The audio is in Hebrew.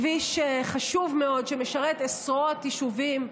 כביש חשוב מאוד, שמשרת עשרות יישובים.